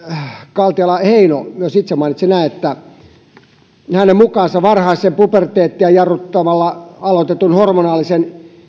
kaltiala heino itse mainitsi että hänen mukaansa varhaisen puberteettia jarruttamalla aloitetun hormonaalisen